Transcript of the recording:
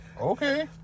Okay